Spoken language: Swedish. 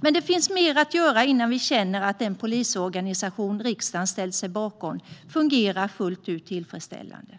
Men det finns mer att göra innan vi känner att den polisorganisation som riksdagen ställt sig bakom fungerar fullt tillfredsställande.